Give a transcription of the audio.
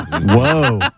Whoa